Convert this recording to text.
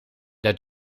dat